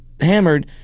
hammered